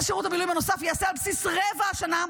ייעשה על בסיס רבע השנה,